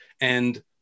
And-